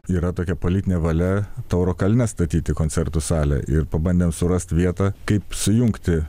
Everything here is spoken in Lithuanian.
yra tokia politinė valia tauro kalne statyti koncertų salę ir pabandėm surast vietą kaip sujungti